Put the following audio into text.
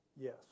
yes